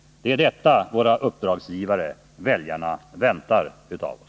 Det är detta våra uppdragsgivare, väljarna, väntar av OSS.